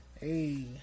Hey